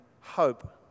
hope